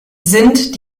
sind